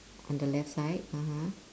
on the left side (uh huh)